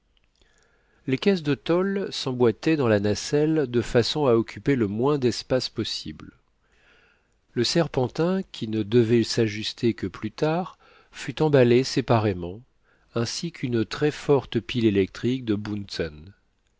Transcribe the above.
les caisses de tôle s'emboîtaient dans la nacelle de façon à occuper le moins d'espace possible le serpentin qui ne devait s'ajuster que plus tard fut emballé séparément ainsi qu'une très forte pile électrique de